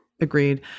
Agreed